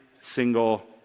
single